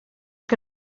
que